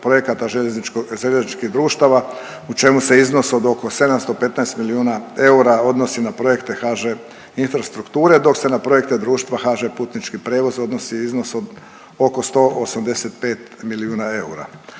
projekata željezničkih društava, u čemu se iznos od oko 715 milijuna eura odnosi na projekte HŽ Infrastrukture, dok se na projekte društva HŽ Putnički prijevoz iznosi iznos od oko 185 milijuna eura.